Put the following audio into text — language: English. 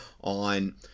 on